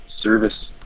service